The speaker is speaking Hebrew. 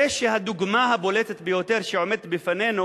הרי שהדוגמה הבולטת ביותר שעומדת בפנינו